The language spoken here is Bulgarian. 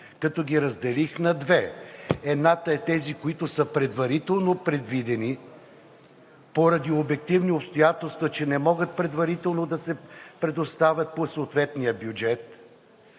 като ги разделих на две. Едните са тези, които са предварително предвидени поради обективни обстоятелства, че не могат предварително да се предоставят по съответния бюджет.